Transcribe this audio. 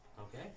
Okay